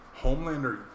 homelander